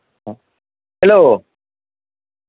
हँ हेलो